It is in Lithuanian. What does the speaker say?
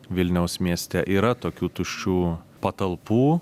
vilniaus mieste yra tokių tuščių patalpų